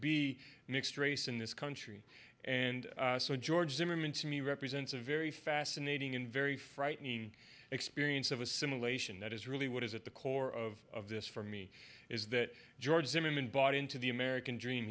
be mixed race in this country and so george zimmerman to me represents a very fascinating and very frightening experience of assimilation that is really what is at the core of this for me is that george zimmerman bought into the american dream